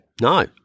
No